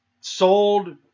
sold